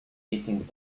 eating